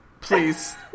please